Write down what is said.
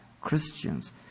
Christians